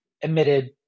emitted